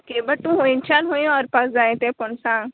okay but तूं खुयच्यान खूंय व्हरपा जाय तें पूण सांग